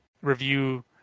review